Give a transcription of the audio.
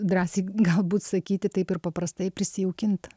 drąsiai galbūt sakyti taip ir paprastai prisijaukint